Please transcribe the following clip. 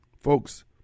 Folks